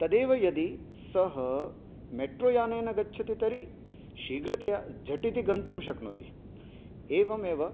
तदेव यदि सः मेट्रोयानेन गच्छति तर्हि शीघ्रतया झटिति गन्तुं शक्नोति एवमेव